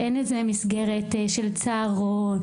אין איזה מסגרת של צהרון,